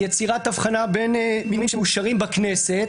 יצירת הבחנה בין מינויים שמאושרים בכנסת,